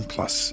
Plus